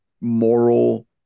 moral